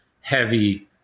heavy